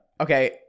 Okay